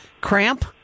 cramp